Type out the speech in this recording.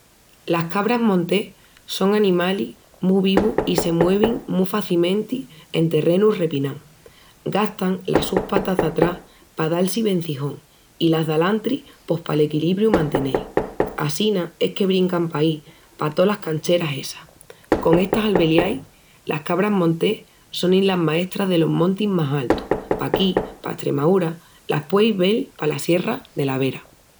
Las cabras montés son animalis mu vivus i se muevin mu facimenti en terrenus repinaus. Gastan las sus patas d'atrás pa dal-si vencijóni i las d'alantri pos pal equilibriu mantenel. Assina es que brincan paí pa tolas cancheras essas. Con estas albeliais, las cabras montés sonin las maestras delos montis más altus. Paquí pa Estremaúra las pueis vel palas sierras dela Vera.